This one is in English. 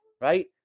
right